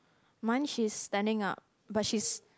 mine she's standing up but she's